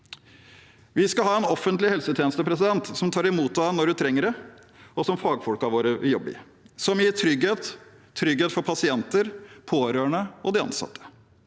Vi skal ha en offentlig helsetjeneste som tar imot deg når du trenger det, som fagfolkene våre vil jobbe i, og som gir trygghet – for pasienter, pårørende og ansatte.